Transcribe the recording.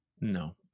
No